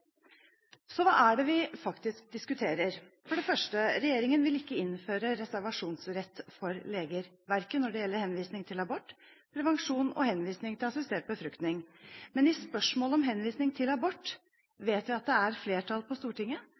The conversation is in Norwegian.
Hva er det vi faktisk diskuterer? For det første: Regjeringen vil ikke innføre reservasjonsrett for leger, verken når det gjelder henvisning til abort, prevensjon eller henvisning til assistert befruktning. Men i spørsmålet om henvisning til abort vet vi at det er flertall på Stortinget